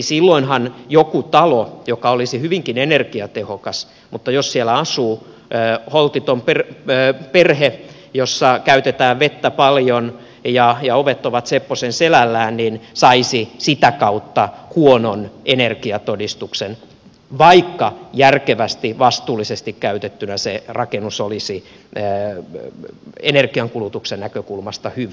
silloinhan joku talo joka olisi hyvinkin energiatehokas jos siellä asuu holtiton perhe jossa käytetään vettä paljon ja ovet ovat sepposen selällään saisi sitä kautta huonon energiatodistuksen vaikka järkevästi vastuullisesti käytettynä se rakennus olisi energiankulutuksen näkökulmasta hyvä